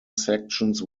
sections